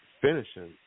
finishing